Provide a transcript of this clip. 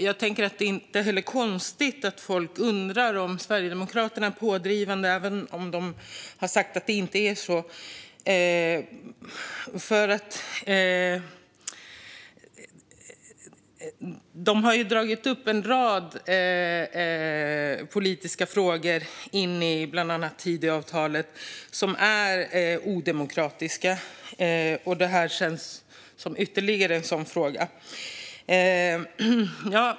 Det är inte så konstigt att folk undrar om Sverigedemokraterna är pådrivande, även om de har sagt att det inte är så. De har ju dragit in en rad politiska frågor som är odemokratiska i bland annat Tidöavtalet. Det här känns som ytterligare en sådan fråga.